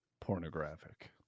pornographic